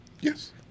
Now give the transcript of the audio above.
Yes